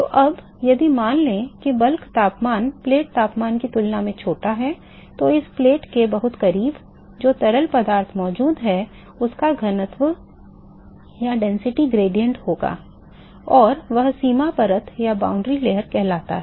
तो अब यदि मान लें कि bulk तापमान प्लेट तापमान की तुलना में छोटा है तो इस प्लेट के बहुत करीब जो तरल पदार्थ मौजूद हैउसका घनत्व ढाल होगा और वह सीमा परत कहलाता है